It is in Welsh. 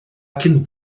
cyn